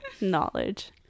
knowledge